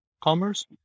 commerce